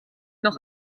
noch